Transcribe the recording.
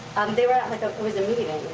they were at, like. ah it was a meeting,